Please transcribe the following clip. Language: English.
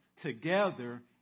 together